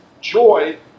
joy